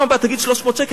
בפעם הבאה תגיד 300 שקל.